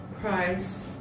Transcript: price